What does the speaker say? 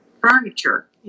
furniture